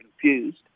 confused